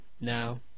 now